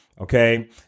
okay